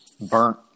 Burnt